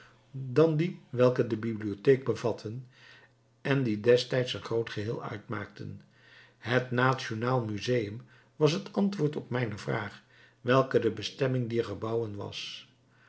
dan die welke de bibliotheek bevatten en die desgelijks een groot geheel uitmaakten het is het nationaal museum was het antwoord op mijne vraag welke de bestemming dier gebouwen was